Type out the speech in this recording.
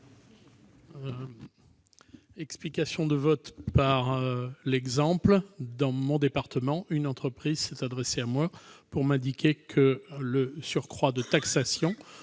explication de vote par l'exemple : dans mon département, une entreprise s'est adressée à moi pour m'indiquer que le surcroît de taxation